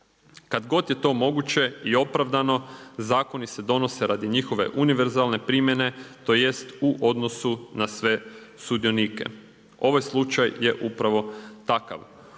Kada god je to moguće i opravdano zakoni se donose radi njihove univerzalne primjene tj. u odnosu na sve sudionike. Ovaj slučaj je upravo takav.